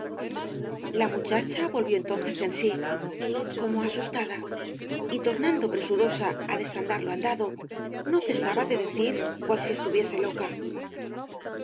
la muchacha volvió entonces en sí como asustada y tornando presurosa á desandar lo andado no cesaba de decir cual si estuviese loca